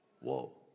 Whoa